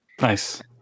Nice